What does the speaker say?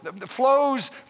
flows